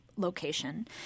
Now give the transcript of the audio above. location